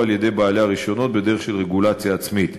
על-ידי בעלי הרישיונות בדרך של רגולציה עצמית.